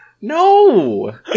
No